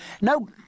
No